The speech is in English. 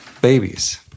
babies